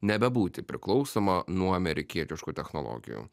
nebebūti priklausoma nuo amerikietiškų technologijų